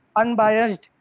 unbiased